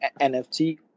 NFT